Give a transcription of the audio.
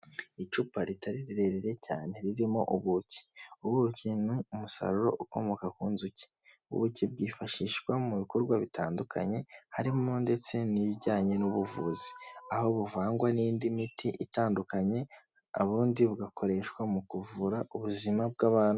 Icupa ritari rirerire cyane ririmo ubuki, ubuki ni umusaruro ukomoka ku nzuki. Ubuki bwifashishwa mu bikorwa bitandukanye harimo ndetse n'ibijyanye n'ubuvuzi, aho buvangwa n'indi miti itandukanye ubundi bugakoreshwa mu kuvura ubuzima bw'abantu.